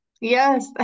Yes